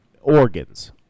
organs